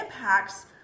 impacts